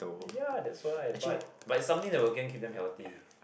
ya that's why but but it's something that will gain keep them healthy